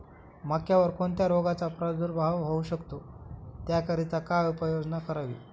मक्यावर कोणत्या रोगाचा प्रादुर्भाव होऊ शकतो? त्याकरिता काय उपाययोजना करावी?